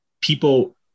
people